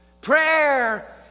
prayer